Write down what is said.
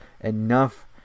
enough